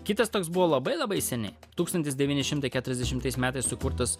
kitas toks buvo labai labai seniai tūkstantis devyni šimtai keturiasdešimtais metais sukurtas